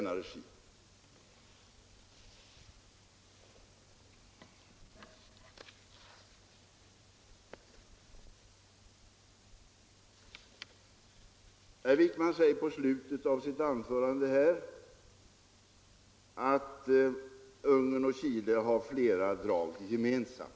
Om uttalande mot Herr Wijkman säger på slutet av sitt anförande att Ungern och Chile = Politiskt förtryck i har flera drag gemensamt.